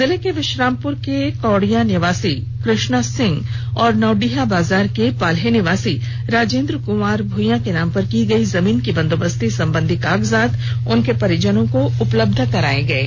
जिले के विश्रामपुर के कौडिया निवासी कृष्णा सिंह और नौडीहाबाजार के पाल्हे निवासी राजेंद्र कुमार भुईयां के नाम पर की गयी जमीन की बंदोबस्ती संबंधी कागजात उनके परिजनों को उपलब्ध कराये गये